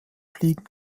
fliegen